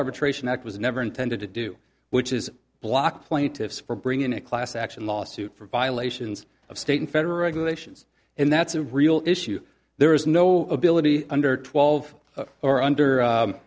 arbitration act was never intended to do which is block plaintiffs for bring in a class action lawsuit for violations of state and federal regulations and that's a real issue there is no ability under twelve or under